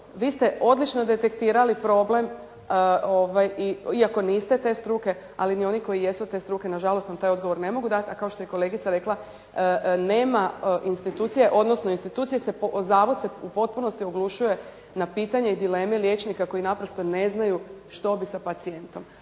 vi ste odlično detektirali problem iako niste te struke, ali ni oni koji jesu te struke na žalost nam taj odgovor ne mogu dat, a kao što je kolegica rekla, nema institucije, odnosno institucije se, zavod se u potpunosti oglušuje na pitanje i dileme liječnika koji naprosto ne znaju što bi sa pacijentom.